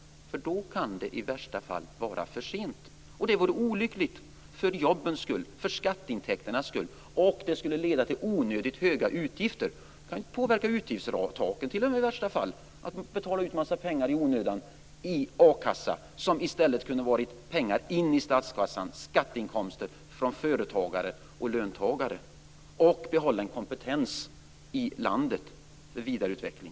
Då kan det i värsta fall vara för sent, och det vore olyckligt för jobbens och för skatteintäkternas skull. Det skulle också leda till onödigt höga utgifter. Det kan ju i värsta fall påverka utgiftstaket om man i onödan betalar ut en massa pengar i a-kassa, som i stället skulle ha kunnat vara skatteinkomster in i statskassan från företagare och löntagare. Då hade man också kunnat behålla en kompetens i landet för vidareutveckling.